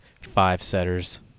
five-setters